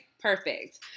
perfect